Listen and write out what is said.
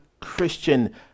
Christian